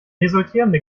resultierende